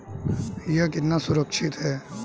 यह कितना सुरक्षित है?